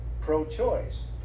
pro-choice